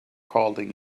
calling